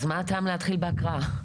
אז מה הטעם להתחיל בהקראה?